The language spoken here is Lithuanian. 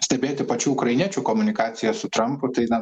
stebėti pačių ukrainiečių komunikaciją su trampu tai na